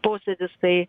posėdis tai